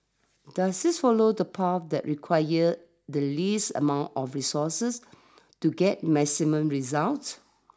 does this follow the path that requires the least amount of resources to get maximum results